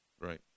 Right